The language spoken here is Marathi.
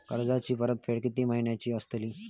कर्जाची परतफेड कीती महिन्याची असतली?